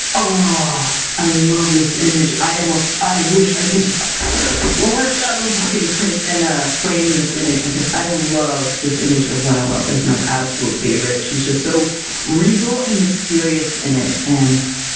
ah i love this image! i almost i wish i could just rip it out of the book and print and, ah frame this image, because i love this image of winnowill! it is my absolute favorite! she's just so regal, and mysterious in it, and